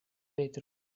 petro